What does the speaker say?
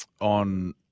on